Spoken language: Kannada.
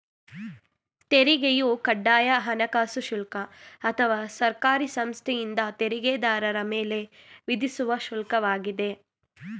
ತೆರಿಗೆಯು ಕಡ್ಡಾಯ ಹಣಕಾಸು ಶುಲ್ಕ ಅಥವಾ ಸರ್ಕಾರಿ ಸಂಸ್ಥೆಯಿಂದ ತೆರಿಗೆದಾರರ ಮೇಲೆ ವಿಧಿಸುವ ಶುಲ್ಕ ವಾಗಿದೆ